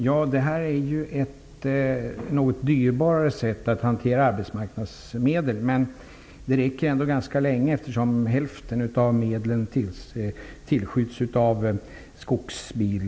Fru talman! Detta är ett något dyrbarare sätt att hantera arbetsmarknadsmedel. Men medlen räcker ändå ganska länge, eftersom hälften av dem tillskjuts av skogsägarna.